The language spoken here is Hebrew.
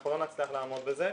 אנחנו לא נצליח לעמוד בזה.